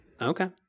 Okay